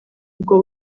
ubwo